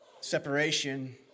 Separation